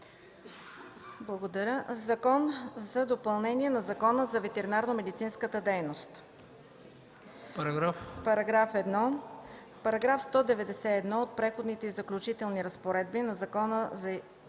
Благодаря. „Закон за допълнение на Закона за ветеринарномедицинската дейност § 1. В § 191 от Преходните и заключителните разпоредби на Закона за